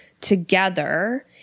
together